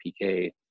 PK